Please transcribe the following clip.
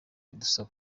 idusaba